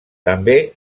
també